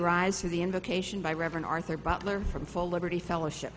rise to the invocation by reverend arthur butler from full liberty fellowship